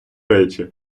речі